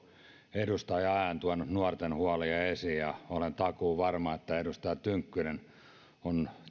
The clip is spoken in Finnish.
edustaja ajan tuonut nuorten huolia esiin ja olen takuuvarma että edustaja tynkkynen on